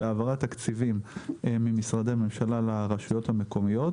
בהעברת תקציבים ממשרדי ממשלה לרשויות המקומיות.